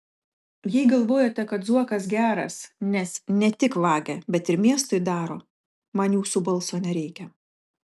jei galvojate kad zuokas geras nes ne tik vagia bet ir miestui daro man jūsų balso nereikia